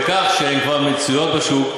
הוא בכך שהן כבר מצויות בשוק,